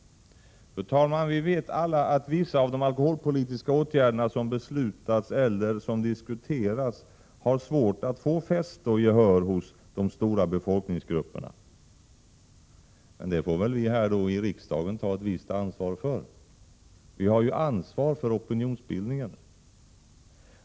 Fru talman! Vi vet alla att vissa av de alkoholpolitiska åtgärderna som beslutats, eller som diskuteras, har svårt att få fäste och gehör hos de stora befolkningsgrupperna. Men det får väl riksdagen ta ett visst ansvar för. Vi i riksdagen har ju ansvar för opinionsbildningen.